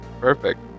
Perfect